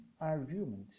argument